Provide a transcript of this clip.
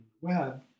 web